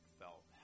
felt